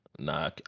Nah